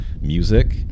music